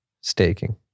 Staking